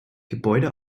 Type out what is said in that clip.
gebäude